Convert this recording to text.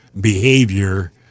behavior